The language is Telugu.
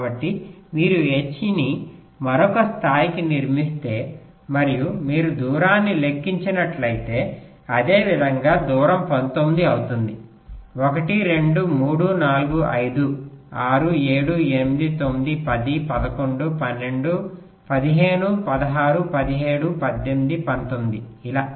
కాబట్టి మీరు ఈ H ని మరొక స్థాయికి నిర్మిస్తే మరియు మీరు దూరాన్ని లెక్కించినట్లయితే అదేవిధంగా దూరం 19 అవుతుంది 1 2 3 4 5 6 7 8 9 10 11 12 15 16 17 18 19 ఇలా